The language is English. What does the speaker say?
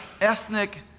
ethnic